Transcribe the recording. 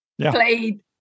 played